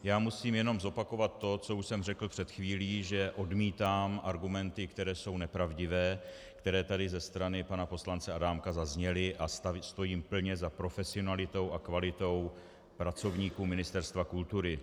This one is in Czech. Já musím jenom zopakovat to, co už jsem řekl před chvílí, že odmítám argumenty, které jsou nepravdivé, které tady ze strany pana poslance Adámka zazněly, a stojím plně za profesionalitou a kvalitou pracovníků Ministerstva kultury.